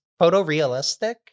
photorealistic